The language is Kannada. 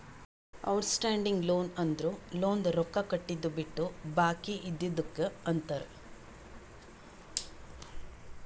ಔಟ್ ಸ್ಟ್ಯಾಂಡಿಂಗ್ ಲೋನ್ ಅಂದುರ್ ಲೋನ್ದು ರೊಕ್ಕಾ ಕಟ್ಟಿದು ಬಿಟ್ಟು ಬಾಕಿ ಇದ್ದಿದುಕ್ ಅಂತಾರ್